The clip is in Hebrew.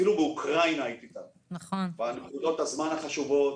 אפילו באוקראינה היית אתנו, בנקודות הזמן החשובות